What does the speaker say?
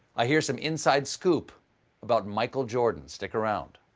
i hear some inside scoop about michael jordan. stick around.